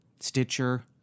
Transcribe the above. Stitcher